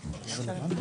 הוא קובע?